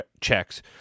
checks